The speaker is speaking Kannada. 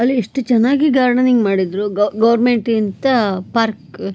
ಅಲ್ಲಿ ಎಷ್ಟು ಚೆನ್ನಾಗಿ ಗಾರ್ಡನಿಂಗ್ ಮಾಡಿದ್ದರು ಗೌರ್ಮೆಂಟಿಂದ ಪಾರ್ಕ್